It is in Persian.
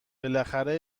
بالاخره